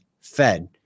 Fed